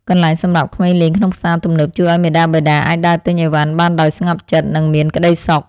កន្លែងសម្រាប់ក្មេងលេងក្នុងផ្សារទំនើបជួយឱ្យមាតាបិតាអាចដើរទិញអីវ៉ាន់បានដោយស្ងប់ចិត្តនិងមានក្តីសុខ។